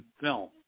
film